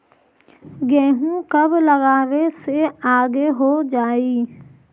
गेहूं कब लगावे से आगे हो जाई?